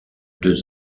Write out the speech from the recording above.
deux